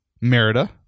Merida